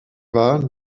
war